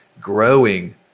growing